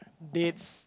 dates